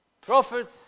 Prophets